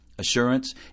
assurance